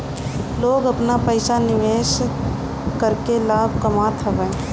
लोग आपन पईसा निवेश करके लाभ कामत हवे